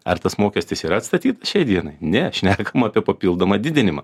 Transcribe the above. ar tas mokestis yra atstatyti šiai dienai ne šnekam apie papildomą didinimą